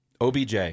OBJ